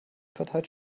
verteilt